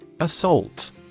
Assault